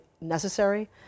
necessary